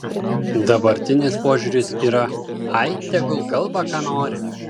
dabartinis požiūris yra ai tegul kalba ką nori